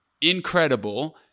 Incredible